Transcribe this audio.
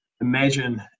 Imagine